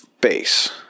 base